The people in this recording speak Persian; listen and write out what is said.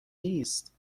نیست